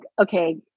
okay